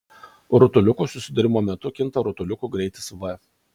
rutuliukų susidūrimo metu kinta rutuliukų greitis v